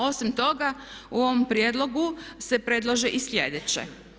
Osim toga u ovom prijedlogu se predlaže i sljedeće.